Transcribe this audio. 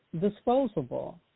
disposable